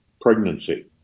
pregnancy